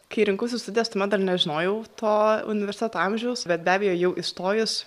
kai rinkausi studijas tuomet dar nežinojau to universiteto amžiaus bet be abejo jau įstojus